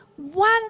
one